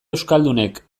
euskaldunek